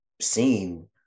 seen